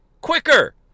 quicker